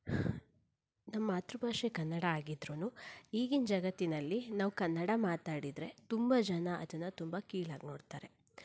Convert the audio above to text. ನಮ್ಮ ಮಾತೃಭಾಷೆ ಕನ್ನಡ ಆಗಿದ್ರೂ ಈಗಿನ ಜಗತ್ತಿನಲ್ಲಿ ನಾವು ಕನ್ನಡ ಮಾತಾಡಿದರೆ ತುಂಬ ಜನ ಅದನ್ನು ತುಂಬ ಕೀಳಾಗಿ ನೋಡ್ತಾರೆ